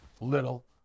Little